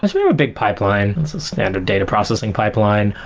ah sort of a big pipeline and some standard data processing pipeline.